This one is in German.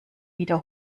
wieder